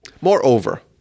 Moreover